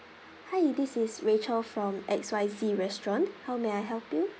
hi this is rachel from X Y Z restaurant how may I help you